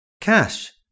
Cash